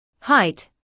height